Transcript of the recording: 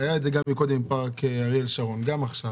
היה את זה גם קודם עם פארק אריאל שרון וגם עכשיו.